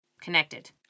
Connected